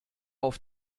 auf